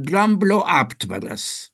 dramblio aptvaras